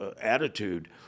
attitude